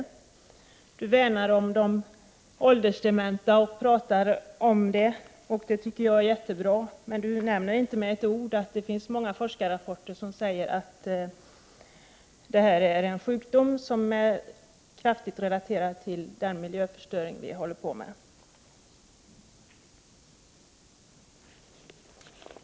Daniel Tarschys värnar om de åldersdementa, och det är jättebra, men han nämner inte med ett ord att många forskarrapporter säger att de åldersdementas problem är starkt relaterade till den miljöförstöring vi håller på med.